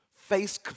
Face